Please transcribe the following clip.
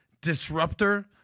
disruptor